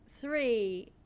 three